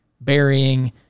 burying